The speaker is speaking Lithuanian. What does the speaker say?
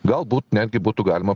galbūt netgi būtų galima